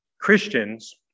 Christians